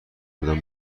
بودم